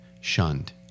shunned